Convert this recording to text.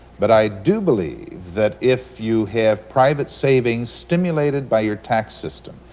but i do believe that if you have private savings stimulated by your tax system,